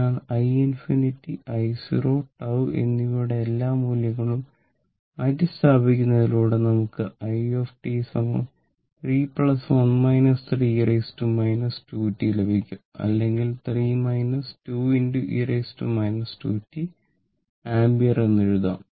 അതിനാൽ i∞ i0 τ എന്നിവയുടെ എല്ലാ മൂല്യങ്ങളും മാറ്റിസ്ഥാപിക്കുന്നതിലൂടെ നമുക്ക് i 3 e 2t ലഭിക്കും അല്ലെങ്കിൽ 3 2 e 2 t ആംപിയർ എന്ന് എഴുതാം